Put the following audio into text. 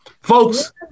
Folks